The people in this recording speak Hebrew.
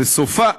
וסופה,